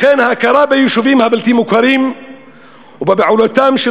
לכן ההכרה ביישובים הבלתי-מוכרים ובבעלותם של